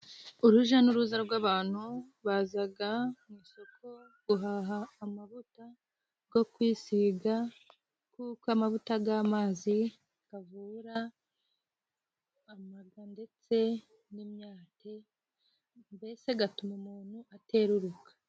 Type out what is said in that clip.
Uruja n'uruza rw'abantu bazaga mu isoko guhaha amavuta rwo kwisiga kuko amavuta g'amazi gavura amaga ndetse n'imyate mbese gatuma umuntu atereruka.